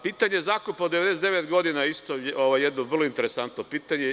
Pitanje zakupa od 99 godina je takođe jedno vrlo interesantno pitanje.